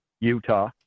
Utah